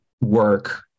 work